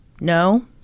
no